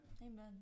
Amen